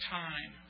time